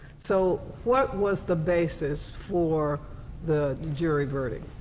so what was the basis for the jury verdict?